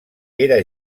era